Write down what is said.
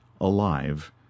alive